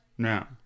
No